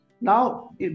Now